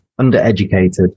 undereducated